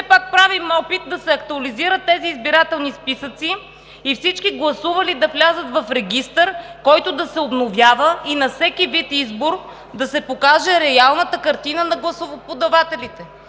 все пак правим опит да се актуализират тези избирателни списъци и всички гласували да влязат в регистър, който да се обновява и на всеки вид избор да се покаже реалната картина на гласоподавателите.